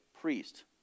priest